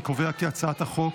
אני קובע כי הצעת החוק